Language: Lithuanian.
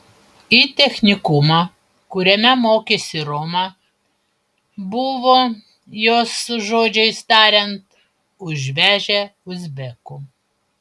į technikumą kuriame mokėsi roma buvo jos žodžiais tariant užvežę uzbekų